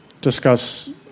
discuss